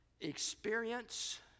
experience